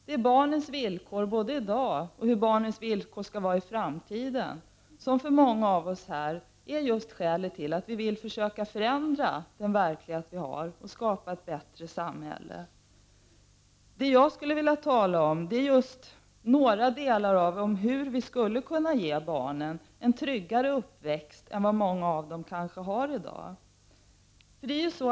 Det är barnens villkor både i dag och i framtiden som är skälet till att många av oss vill försöka förändra verkligheten och skapa ett bättre samhälle. Det jag skulle vilja tala om är hur vi skall kunna ge barnen en tryggare uppväxt än vad många kanske har i dag.